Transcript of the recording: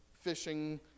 fishing